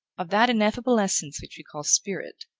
of that ineffable essence which we call spirit,